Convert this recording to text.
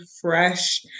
fresh